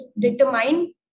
determine